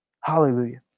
Hallelujah